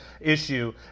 issue